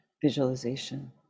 visualization